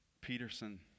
Peterson